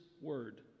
word